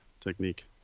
technique